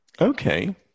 Okay